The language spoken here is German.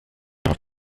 liegt